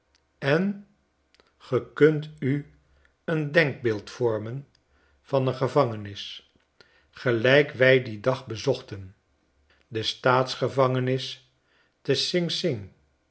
en ge kunt u een denkbeeld vormen van een gevangenis gelijk wij dien dagbezochten de staatsge vangenis te